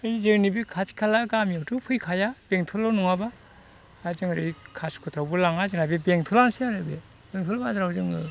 जोंनि बे खाथि खाला गामियावथ' फैखाया बेंथलाव नङाबा आरो जोङो ओरै खासिखथ्रायावबो लाङा जोंहा बे बेंथलानोसै आरो बे बेंथल बाजाराव जोङो